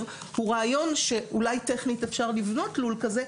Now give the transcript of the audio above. הוא רעיון שאולי טכנית אפשר לבנות לול כזה,